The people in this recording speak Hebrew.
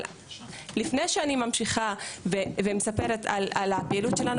אבל לפני שאני ממשיכה ומספרת על הפעילות שלנו